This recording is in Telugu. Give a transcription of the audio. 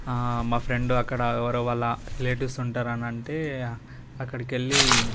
ఆ మా ఫ్రెండ్ అక్కడ ఎవరో వాళ్ళ రిలేటివ్స్ ఉంటారు అని అంటే అక్కడికి వెళ్ళి